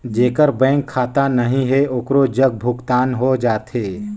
जेकर बैंक खाता नहीं है ओकरो जग भुगतान हो जाथे?